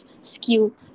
skill